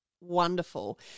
wonderful